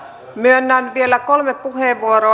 myönnän vielä kolme puheenvuoroa